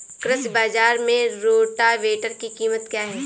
कृषि बाजार में रोटावेटर की कीमत क्या है?